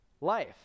Life